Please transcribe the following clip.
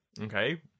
Okay